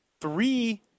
three